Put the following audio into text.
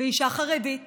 ואישה חרדית